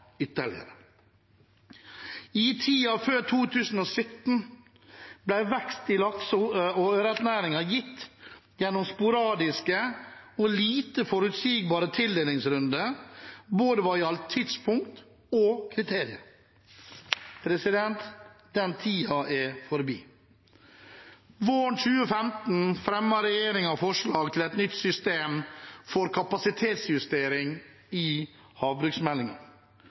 ytterligere. I tiden før 2017 ble vekst i lakse- og ørretnæringen gitt gjennom sporadiske og lite forutsigbare tildelingsrunder både hva gjaldt tidspunkt og kriterier. Den tiden er forbi. Våren 2015 fremmet regjeringen i havbruksmeldingen forslag til et nytt system for kapasitetsjustering, og Stortinget sluttet seg i